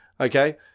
Okay